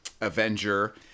Avenger